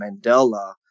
Mandela